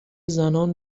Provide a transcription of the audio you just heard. زنان